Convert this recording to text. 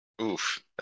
Oof